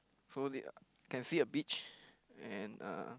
so they can see a beach and uh